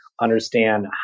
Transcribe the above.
understand